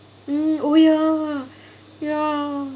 mm oh ya ya